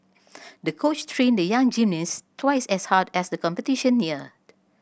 the coach trained the young gymnast twice as hard as the competition neared